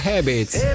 Habits